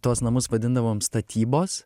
tuos namus vadindavom statybos